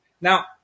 Now